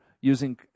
using